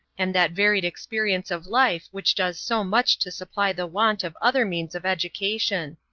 and that varied experience of life which does so much to supply the want of other means of education.